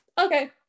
okay